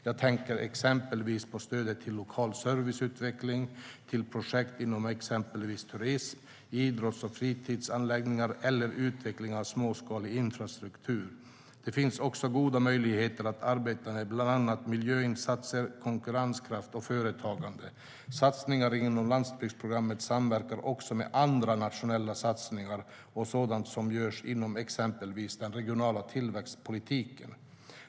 Jag tänker exempelvis på stöd till lokal serviceutveckling, till projekt inom exempelvis turism, idrotts och fritidsanläggningar och utveckling av småskalig infrastruktur. Det finns också goda möjligheter att arbeta med bland annat miljöinsatser, konkurrenskraft och företagande. Satsningarna inom landsbygdsprogrammet samverkar också med andra nationella satsningar och sådant som görs inom exempelvis den regionala tillväxtpolitiken.